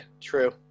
true